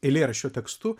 eilėraščio tekstu